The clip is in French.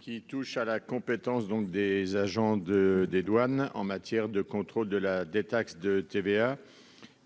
Qui touche à la compétence donc des agents de des douanes en matière de contrôle de la détaxe de TVA.